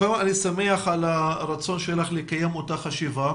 קודם כל אני שמח על הרצון שלך לקיים אותה חשיבה,